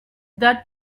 that